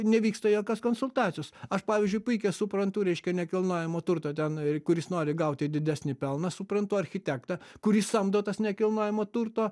nevyksta jokios konsultacijos aš pavyzdžiui puikiai suprantu reiškia nekilnojamo turto ten kuris nori gauti didesnį pelną suprantu architektą kurį samdo tas nekilnojamo turto